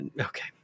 Okay